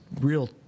real